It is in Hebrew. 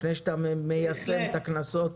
לפני שאתה מיישם את הקנסות,